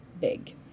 big